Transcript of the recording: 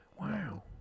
wow